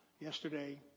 yesterday